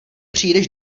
přijdeš